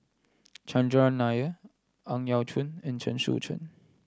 Chandran Nair Ang Yau Choon and Chen Sucheng